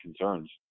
concerns